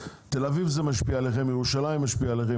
בתל אביב זה משפיע עליכם, בירושלים משפיע עליכם.